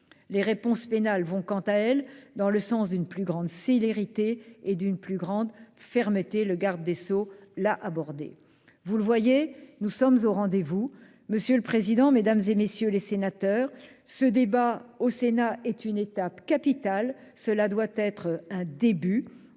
aux réponses pénales, elles vont dans le sens d'une plus grande sévérité et d'une plus grande fermeté, M. le garde des sceaux l'a rappelé. Vous le voyez, nous sommes au rendez-vous. Monsieur le président, mesdames, messieurs les sénateurs, ce débat au Sénat est une étape capitale : il doit être un début.